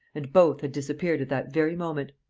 and both had disappeared at that very moment.